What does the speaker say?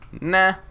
nah